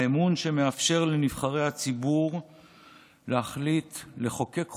האמון שמאפשר לנבחרי הציבור להחליט לחוקק חוקים,